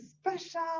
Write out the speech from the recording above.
special